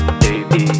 baby